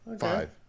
five